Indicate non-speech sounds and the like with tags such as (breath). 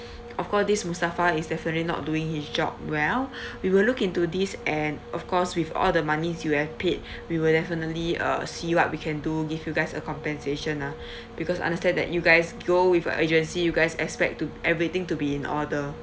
(breath) of course this mustafa is definitely not doing his job well (breath) we will look into this and of course with all the monies you have paid (breath) we will definitely uh see what we can do give you guys a compensation ah (breath) because understand that you guys go with agency you guys expect to everything to be in order